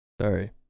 sorry